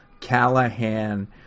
Callahan